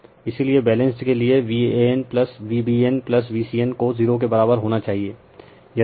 इसीलिए बैलेंस्ड के लिए VanVbnVcn को 0 के बराबर होना चाहिए